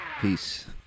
peace